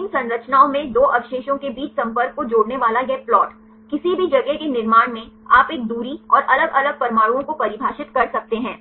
protein संरचनाओं में दो अवशेषों के बीच संपर्क को जोड़ने वाला यह प्लाट किसी भी जगह के निर्माण में आप एक दूरी और अलग अलग परमाणुओं को परिभाषित कर सकते हैं